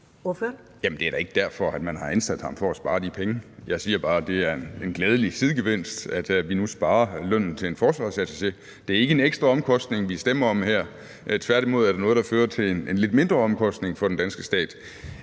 det er da ikke derfor, man har ansat ham, altså for at spare de penge. Jeg siger bare, at det er en glædelig sidegevinst, at vi nu sparer lønnen til en forsvarsattaché. Det er ikke en ekstra omkostning, vi stemmer om her, tværtimod er det noget, som fører til en lidt mindre omkostning for den danske stat.